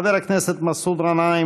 חבר הכנסת מסעוד גנאים,